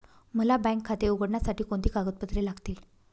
मला बँक खाते उघडण्यासाठी कोणती कागदपत्रे लागतील?